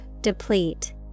deplete